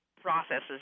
processes